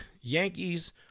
Yankees